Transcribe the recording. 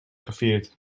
gevierd